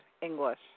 english